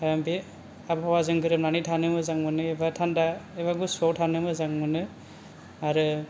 बे आबहावाजों गोरोबनानै थानो मोजां मोनो एबा थानदा एबा गुसुआव थानो मोजां मोनो आरो